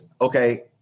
okay